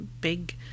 big